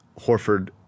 Horford